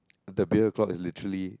the beer clock is literally